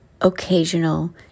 occasional